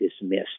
dismissed